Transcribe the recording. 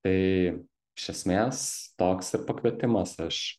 tai iš esmės toks ir pakvietimas aš